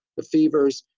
the fevers.